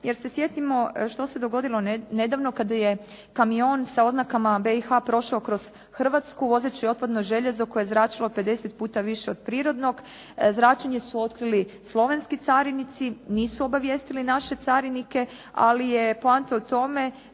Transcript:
jer se sjetimo što se dogodilo nedavno kada je kamion sa oznakama BiH prošao kroz Hrvatsku vozeći otpadno željezo koje je zračilo 50 puta više od prirodnog. Zračenje su otkrili slovenski carinici, nisu obavijestili naše carinike. Ali je poanta u tome